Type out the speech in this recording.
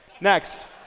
Next